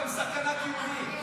אתם סכנה קיומית.